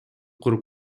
куруп